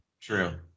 True